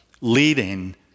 leading